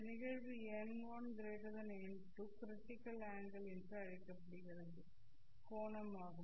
இந்த நிகழ்வு n1n2 critical angle என்று அழைக்கப்படுகிற கோணம் ஆகும்